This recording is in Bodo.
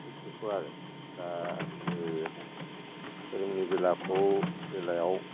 बेफोरखौ आरो दा धोरोमनि बेलाखौ बेलायाव